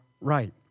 right